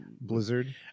Blizzard